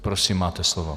Prosím, máte slovo.